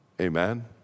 Amen